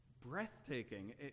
breathtaking